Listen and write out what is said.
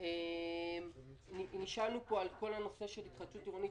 נשאלנו על התחדשות עירונית,